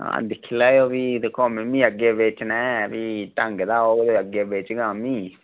दिक्खी लैओ फ्ही दिक्खो मीमीं अग्गें बेचना ऐ फ्ही ढ़ग दा गै होग ते अग्गें बेचगा अम्मीं